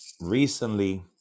Recently